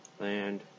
Land